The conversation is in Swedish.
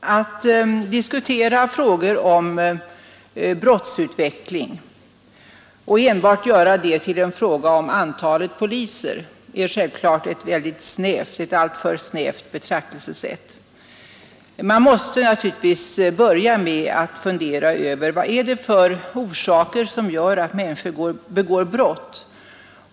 Att diskutera frågor om brottsutveckling och enbart göra det till en fråga om antalet poliser är självklart ett alltför snävt betraktelsesätt. Man måste naturligtvis börja med att fundera över vad det finns för orsaker till att människor begår brott.